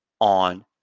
on